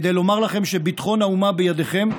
כדי לומר לכם שביטחון האומה בידיכם,